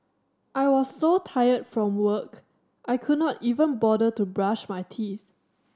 I was so tired from work I could not even bother to brush my teeth